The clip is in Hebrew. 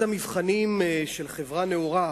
אחד המבחנים של חברה נאורה